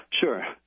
Sure